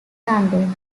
london